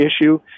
issue